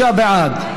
56 בעד,